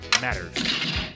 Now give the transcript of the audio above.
matters